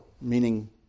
meaning